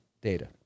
data